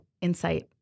Insight